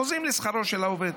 חוזרים לשכרו של העובד.